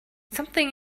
something